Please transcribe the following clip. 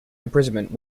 imprisonment